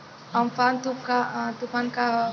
Amphan तुफान का ह?